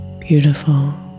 beautiful